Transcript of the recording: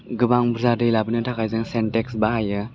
गोबां बुरजा दै लाबोनो थाखाय जों सेन्डटेक्स बाहायो